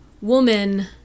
woman